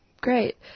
great